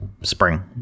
spring